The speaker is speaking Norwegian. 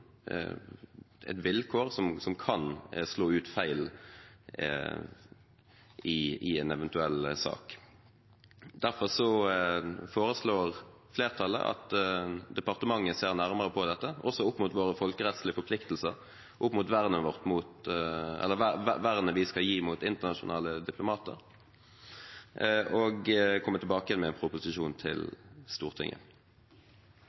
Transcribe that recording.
eventuell sak. Derfor foreslår flertallet at departementet ser nærmere på dette, også opp mot våre folkerettslige forpliktelser og vernet vi skal gi til internasjonale diplomater, og kommer tilbake igjen med en proposisjon